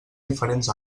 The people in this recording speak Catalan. diferents